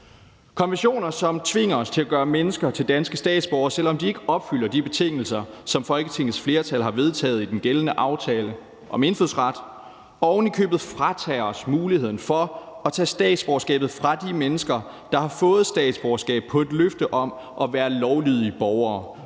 konventioner, som tvinger os til at gøre mennesker til danske statsborgere, selv om de ikke opfylder de betingelser, som Folketingets flertal har vedtaget i den gældende aftale om indfødsret, og oven i købet fratager os muligheden for at tage statsborgerskabet fra de mennesker, der har fået statsborgerskab på et løfte om at være lovlydige borgere,